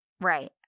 right